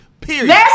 Period